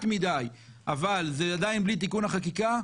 מדי אבל זה עדיין בלי תיקון החקיקה,